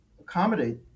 accommodate